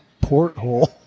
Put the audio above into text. porthole